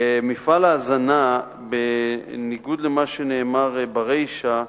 מפעל ההזנה, בניגוד למה שנאמר ברישא,